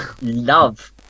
love